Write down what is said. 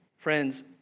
Friends